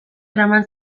eraman